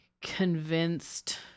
convinced